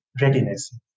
readiness